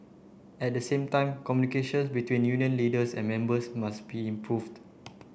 at the same time communications between union leaders and members must be improved